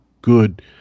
good